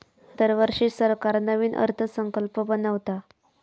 दरवर्षी सरकार नवीन अर्थसंकल्प बनवता